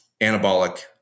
anabolic